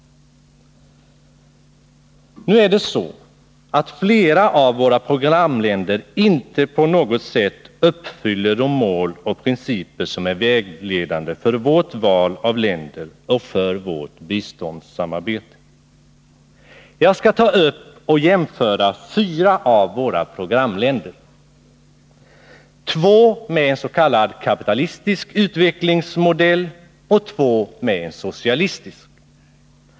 Nu är det så att flera av våra programländer inte på något sätt uppfyller de mål och principer som är vägledande för vårt val av länder och för vårt biståndssamarbete. Jag skall ta upp och jämföra fyra av våra programländer, två med s.k. kapitalistisk utvecklingsmodell och två med en socialistisk.